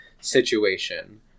situation